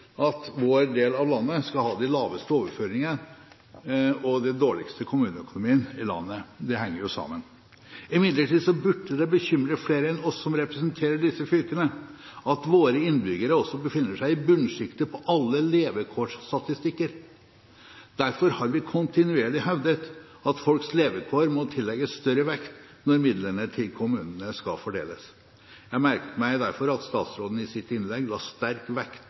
at vår del av landet skal ha de laveste overføringene og den dårligste kommuneøkonomien i landet. Det henger jo sammen. Imidlertid burde det bekymre flere enn oss som representerer disse fylkene, at våre innbyggere også befinner seg i bunnsjiktet på alle levekårsstatistikker. Derfor har vi kontinuerlig hevdet at folks levekår må tillegges større vekt når midlene til kommunene skal fordeles. Jeg merket meg derfor at statsråden i sitt innlegg la sterk vekt